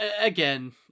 Again